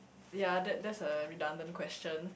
ya that that's a redundant question